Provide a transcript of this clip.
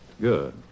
Good